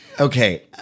okay